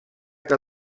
que